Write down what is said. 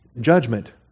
judgment